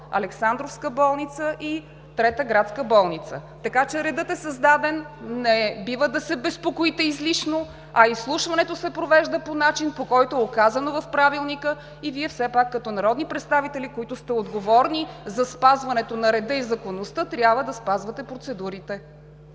Александровска болница и Трета градска болница. Редът е създаден и не бива да се безпокоите излишно, а изслушването се провежда по начин, по който е указано в Правилника, и Вие все пак като народни представители, които сте отговорни за спазването на реда и законността, трябва да спазвате процедурите.